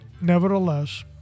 nevertheless